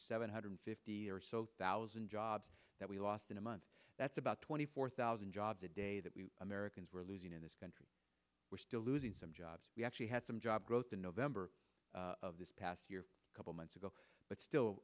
seven hundred fifty or so thousand jobs that we lost in a month that's about twenty four thousand jobs a day that we americans were losing in this country we're still losing some jobs we actually had some job growth in november of this past year a couple months ago but still